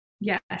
Yes